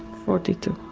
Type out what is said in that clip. forty two